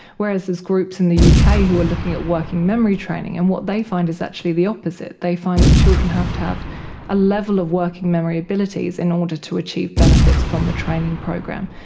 whereas there's groups in the yeah uk ah who are looking at working memory training, and what they find is actually the opposite, they find that children have to have a level of working memory abilities in order to achieve benefits from the training program.